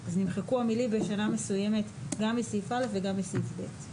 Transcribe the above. אז נמחקו המילים "בשנה מסוימת" גם מסעיף (א) וגם מסעיף (ב).